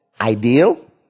ideal